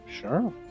Sure